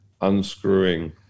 unscrewing